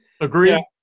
Agree